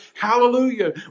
hallelujah